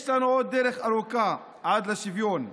יש לנו עוד דרך ארוכה עד לשוויון.